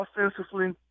offensively